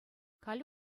халӗ